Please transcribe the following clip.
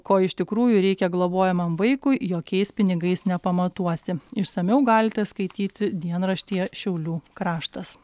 ko iš tikrųjų reikia globojamam vaikui jokiais pinigais nepamatuosi išsamiau galite skaityti dienraštyje šiaulių kraštas